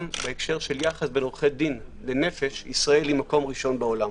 גם בהקשר של יס בין עורכי דין לנפש ישראל היא מקום ראשון בעולם.